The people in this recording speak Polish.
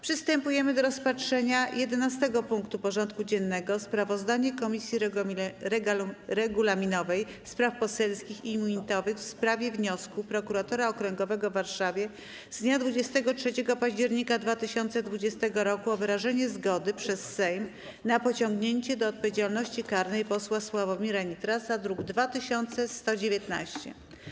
Przystępujemy do rozpatrzenia punktu 11. porządku dziennego: Sprawozdanie Komisji Regulaminowej, Spraw Poselskich i Immunitetowych w sprawie wniosku Prokuratora Okręgowego w Warszawie z dnia 23 października 2020 r. o wyrażenie zgody przez Sejm na pociągnięcie do odpowiedzialności karnej posła Sławomira Nitrasa (druk nr 2119)